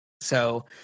So-